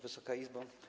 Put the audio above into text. Wysoka Izbo!